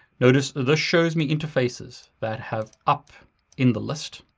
notice this shows me interfaces that have up in the list.